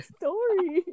story